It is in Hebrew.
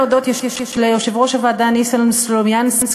להודות ליושב-ראש הוועדה ניסן סלומינסקי,